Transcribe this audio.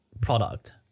product